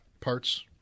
Parts